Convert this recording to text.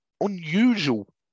unusual